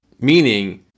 meaning